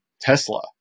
Tesla